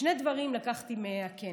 שני דברים לקחתי מהכנס: